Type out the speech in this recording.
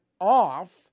off